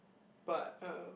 but um